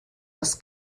das